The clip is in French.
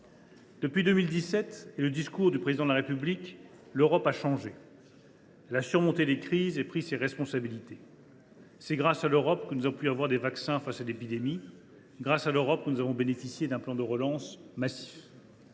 Depuis 2017 et le discours de la Sorbonne du Président de la République, l’Europe a changé. Elle a surmonté les crises et pris ses responsabilités. « C’est grâce à l’Europe que nous avons pu disposer de vaccins face à l’épidémie. « C’est grâce à l’Europe que nous avons bénéficié d’un plan de relance massif.